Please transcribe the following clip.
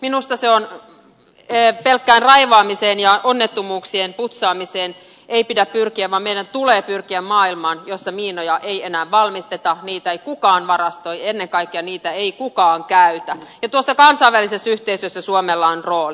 minusta pelkkään raivaamiseen ja onnettomuuksien putsaamiseen ei pidä pyrkiä vaan meidän tulee pyrkiä maailmaan jossa miinoja ei enää valmisteta niitä ei kukaan varastoi ennen kaikkea siihen että niitä ei kukaan käytä ja tuossa kansainvälisessä yhteisössä suomella on rooli